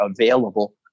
available